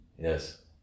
Yes